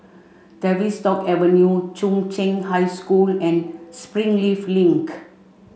Tavistock Avenue Chung Cheng High School and Springleaf Link